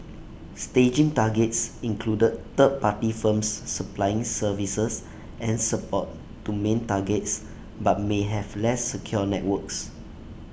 staging targets included third party firms supplying services and support to main targets but may have less secure networks